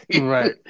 Right